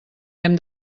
hem